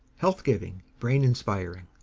health-giving, brain-inspiring.